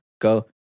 go